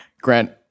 Grant